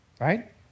right